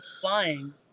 flying